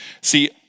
See